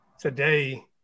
today